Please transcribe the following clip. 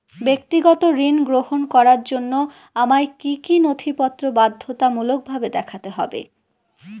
ব্যক্তিগত ঋণ গ্রহণ করার জন্য আমায় কি কী নথিপত্র বাধ্যতামূলকভাবে দেখাতে হবে?